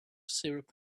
syrup